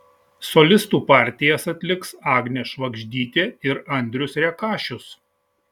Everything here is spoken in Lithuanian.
solistų partijas atliks agnė švagždytė ir andrius rekašius